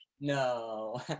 No